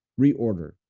reorder